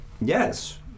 Yes